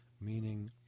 meaning